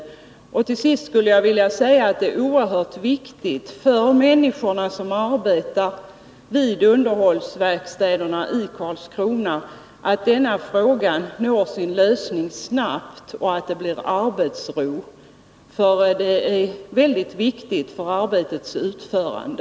Till sist skulle jag vilja säga att det är oerhört viktigt för de människor som arbetar vid underhållsverkstäderna i Karlskrona att denna fråga snabbt får sin lösning, så att de får arbetsro. Det är viktigt för arbetets utförande.